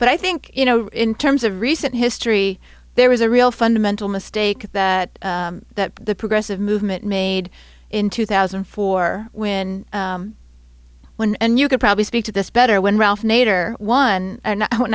but i think you know in terms of recent history there was a real fundamental mistake that the progressive movement made in two thousand and four when when and you could probably speak to this better when ralph nader won and i don't